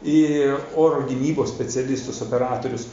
į oro gynybos specialistus operatorius